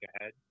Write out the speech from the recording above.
ahead